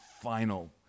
final